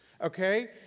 okay